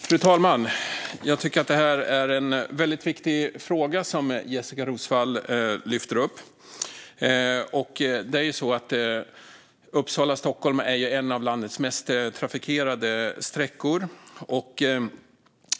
Fru talman! Jag tycker att det är en väldigt viktig fråga som Jessika Roswall lyfter upp. Uppsala-Stockholm är ju en av landets mest trafikerade sträckor.